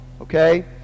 Okay